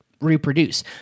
reproduce